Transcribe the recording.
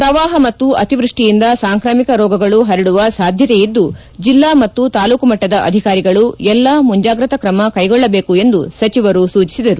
ಪ್ರವಾಹ ಮತ್ತು ಅತಿವೃಷ್ಠಿಯಿಂದ ಸಾಂಕ್ರಾಮಿಕ ರೋಗಗಳು ಹರಡುವ ಸಾಧ್ಯತೆ ಇದ್ದು ಜಿಲ್ಲಾ ಮತ್ತು ತಾಲೂಕು ಮಟ್ಟದ ಅಧಿಕಾರಿಗಳು ಎಲ್ಲ ಮುಂಜಾಗ್ರತಾ ಕ್ರಮ ಕೈಗೊಳ್ಟಬೇಕು ಎಂದು ಸಚಿವರು ಸೂಚಿಸಿದರು